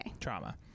Trauma